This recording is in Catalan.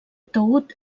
taüt